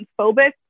transphobic